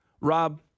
Rob